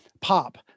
pop